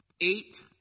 eight